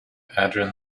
adrian